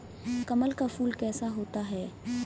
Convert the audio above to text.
कमल का फूल कैसा होता है?